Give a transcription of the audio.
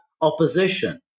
opposition